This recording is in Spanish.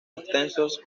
extensos